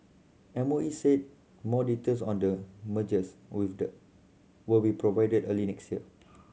M O E said more details on the mergers with the will be provided early next year